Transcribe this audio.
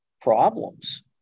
problems